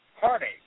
heartache